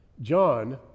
John